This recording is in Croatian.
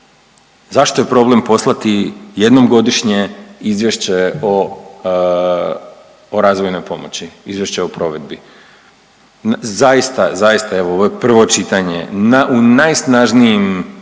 Zašto je problem poslati jednom godišnje Izvješće o razvojnoj pomoći, Izvješće o provedbi. Zaista, zaista evo ovo je prvo čitanje. U najsnažnijim